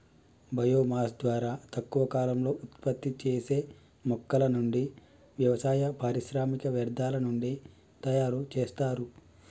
bio mass ద్వారా తక్కువ కాలంలో ఉత్పత్తి చేసే మొక్కల నుండి, వ్యవసాయ, పారిశ్రామిక వ్యర్థాల నుండి తయరు చేస్తారు